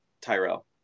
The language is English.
Tyrell